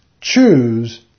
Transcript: Choose